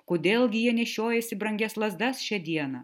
kodėl gi jie nešiojasi brangias lazdas šią dieną